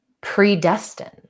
predestined